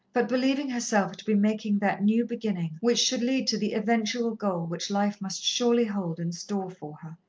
but believing herself to be making that new beginning which should lead to the eventual goal which life must surely hold in store for her.